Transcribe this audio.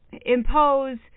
impose